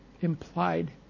implied